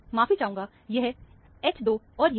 माफी चाहूंगा यह H2 और यह H3 है